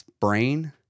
brain